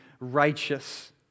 righteous